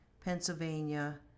Pennsylvania